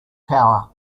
tower